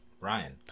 ryan